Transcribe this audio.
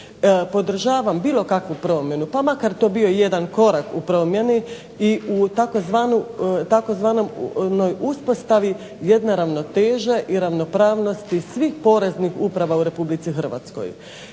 Podržavam bilo kakvu promjenu pa makar to bio i jedan korak u promjeni i tzv. uspostavi jedne ravnoteže i ravnopravnosti svih poreznih uprava u RH.